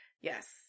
Yes